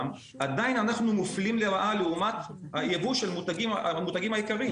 עדיין אנחנו מופלים לרעה לעומת היבוא של המותגים העיקריים,